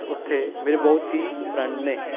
ਉੱਥੇ ਮੇਰੇ ਬਹੁਤ ਹੀ ਫਰੈਂਡ ਨੇ